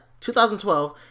2012